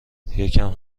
یکم